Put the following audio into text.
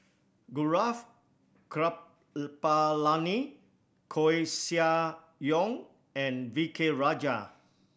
Gaurav Kripalani Koeh Sia Yong and V K Rajah